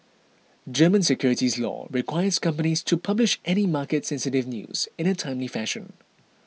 German securities law requires companies to publish any market sensitive news in a timely fashion